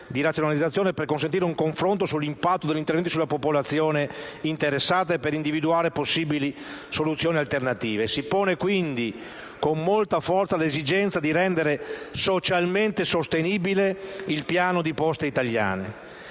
per consentire un confronto sull'impatto degli interventi sulla popolazione interessata e per individuare possibili soluzioni alternative. Si pone quindi con molta forza l'esigenza di rendere socialmente sostenibile il piano di Poste italiane.